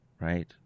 right